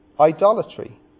idolatry